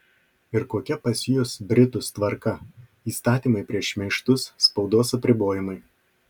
ir kokia pas jus britus tvarka įstatymai prieš šmeižtus spaudos apribojimai